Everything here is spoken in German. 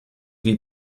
wie